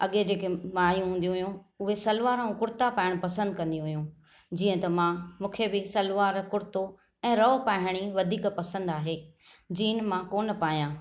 अॻिए जेके माइयूं हूंदियूं हुयूं उहे सलवार ऐं कुर्ता पायणु पसंदि कंदी हुयूं जीअं त मां मूंखे बि सलवार कुर्तो ऐं रओ पायण ई वधीक पसंदि आहे जीन मां कोन पायां